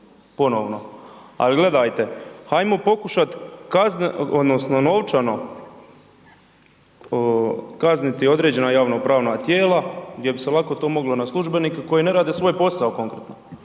ponovno. Ali gledajte hajmo pokušat kazneno odnosno novčano kazniti određena javnopravna tijela gdje bi se lako to moglo na službenike koji ne rade svoj posao konkretno